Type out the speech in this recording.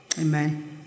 Amen